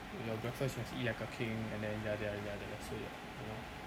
your breakfast must eat like a king and then ya ya ya that's so you know